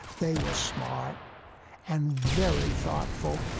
they were smart and very thoughtful,